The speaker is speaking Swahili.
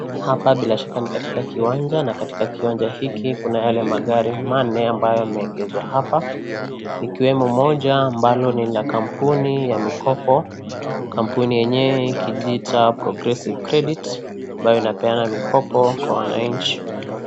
Hapa bila shaka ni katika kiwanja na katika kiwanja hiki kuna yale magari manne ambayo yameegezwa hapa ikiwemo moja ambalo ni la kampuni ya mikopo ,kampuni yenye ikijiita Progressive Credit ambayo inapeana mikopo kwa wananchi.